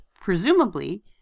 presumably